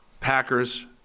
Packers